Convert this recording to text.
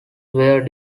were